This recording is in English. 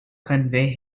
convey